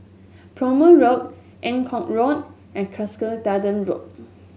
Prompton Road Eng Kong Road and Cuscaden Road